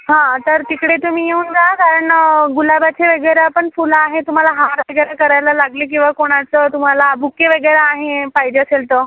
हां तर तिकडे तुम्ही येऊन जा कारण गुलाबाचे वगैरे पण फुलं आहे तुम्हाला हार वगैरे करायला लागले किंवा कोणाचं तुम्हाला बुके वगैरे आहे पाहिजे असेल तर